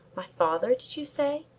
my father, did you say?